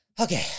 Okay